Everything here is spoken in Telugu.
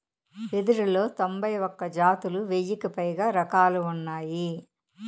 వెదురులో తొంభై ఒక్క జాతులు, వెయ్యికి పైగా రకాలు ఉన్నాయి